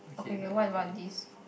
okay K K what about this